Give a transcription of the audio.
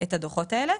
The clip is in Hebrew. את הדוחות האלה,